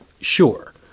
sure